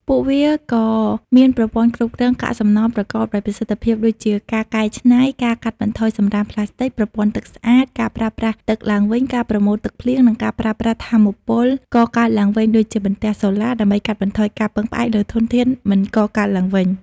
ពួកវាក៏មានប្រព័ន្ធគ្រប់គ្រងកាកសំណល់ប្រកបដោយប្រសិទ្ធភាព ដូចជាការកែច្នៃ ការកាត់បន្ថយសំរាមប្លាស្ទិក ប្រព័ន្ធទឹកស្អាត ការប្រើប្រាស់ទឹកឡើងវិញ ការប្រមូលទឹកភ្លៀង និងការប្រើប្រាស់ថាមពលកកើតឡើងវិញ ដូចជាបន្ទះសូឡា ដើម្បីកាត់បន្ថយការពឹងផ្អែកលើធនធានមិនកកើតឡើងវិញ។